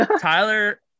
Tyler